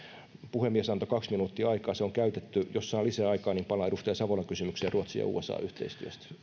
puhemies antoi kaksi minuuttia aikaa se on käytetty jos saan lisää aikaa niin palaan edustaja savolan kysymykseen ruotsi ja usa yhteistyöstä